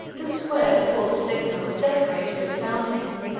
the square before the sigma was decorated with a fountain,